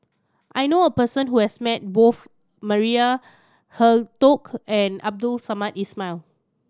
I know a person who has met both Maria Hertogh and Abdul Samad Ismail